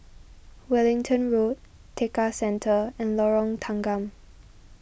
Wellington Road Tekka Centre and Lorong Tanggam